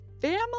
family